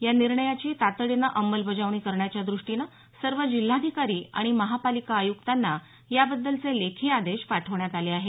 या निर्णयाची तातडीनं अंमलबजावणी करण्याच्या दृष्टीनं सर्व जिल्हाधिकारी आणि महापालिका आय्क्तांना याबद्दलचे लेखी आदेश पाठवण्यात आले आहेत